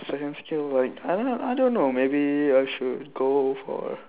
second skill like I don't know I don't know maybe I should go for